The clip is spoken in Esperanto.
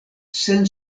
sen